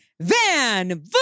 Van